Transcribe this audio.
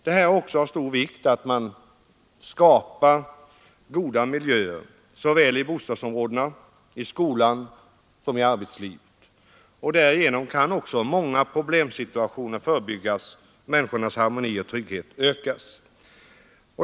Det är här också av vikt att skapa goda miljöer såväl i bostadsområdena som i skolan och i arbetslivet. Därigenom kan också många problemsituationer förebyggas och människornas harmoni och trygghet ökas.